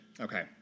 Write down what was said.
Okay